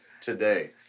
today